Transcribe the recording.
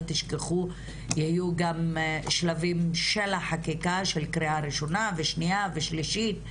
אל תשכחו יהיו גם שלבים של החקיקה של קריאה ראשונה ושניה ושלישית,